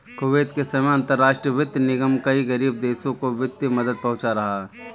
Kuwait के समय अंतरराष्ट्रीय वित्त निगम कई गरीब देशों को वित्तीय मदद पहुंचा रहा है